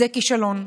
זה כישלון,